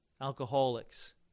alcoholics